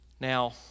Now